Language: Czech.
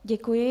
Děkuji.